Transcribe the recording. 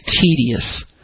tedious